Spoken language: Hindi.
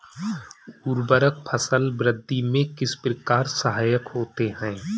उर्वरक फसल वृद्धि में किस प्रकार सहायक होते हैं?